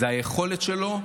זו היכולת שלו,